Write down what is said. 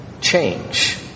change